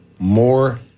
More